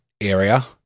area